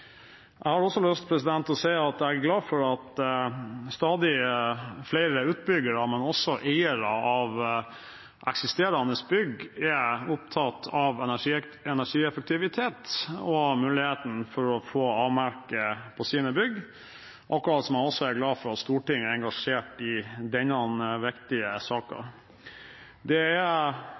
Jeg har også lyst til å si at jeg er glad for at stadig flere utbyggere, men også eiere av eksisterende bygg, er opptatt av energieffektivitet og muligheten for å få A-merket på sine bygg, akkurat som jeg også er glad for at Stortinget er engasjert i denne viktige